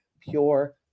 pure